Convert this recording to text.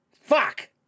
Fuck